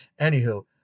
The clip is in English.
Anywho